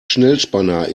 schnellspanner